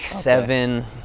Seven